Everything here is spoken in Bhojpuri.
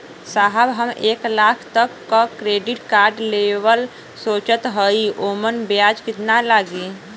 साहब हम एक लाख तक क क्रेडिट कार्ड लेवल सोचत हई ओमन ब्याज कितना लागि?